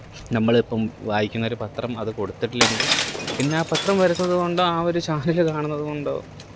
നമ്മളിപ്പം വായിക്കുന്ന ഒരു പത്രം അത് കൊടുത്തിട്ടില്ലെങ്കില് പിന്നെ പത്രം വരുത്തുന്നത് കൊണ്ടോ ആ ഒര് ചാനല് കാണുന്നത് കൊണ്ടോ